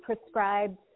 prescribed